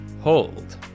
hold